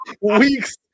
weeks